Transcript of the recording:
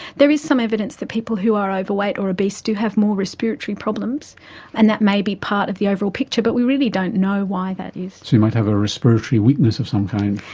there is some evidence that people who are overweight or obese do have more respiratory problems and that may be part of the overall picture, but we really don't know why that is. so you might have a respiratory weakness of some kind.